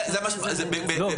זה מה שזה אומר.